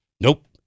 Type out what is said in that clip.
nope